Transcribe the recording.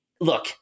look